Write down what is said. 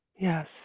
Yes